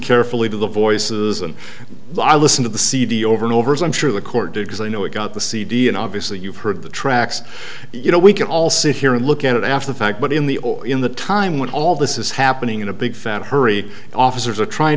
carefully to the voices and i listen to the cd over and over as i'm sure the court do because i know we've got the cd and obviously you've heard the tracks you know we can all sit here and look at it after the fact but in the or in the time when all this is happening in a big fat hurry officers are trying